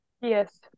yes